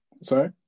Sorry